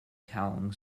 kallang